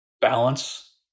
Balance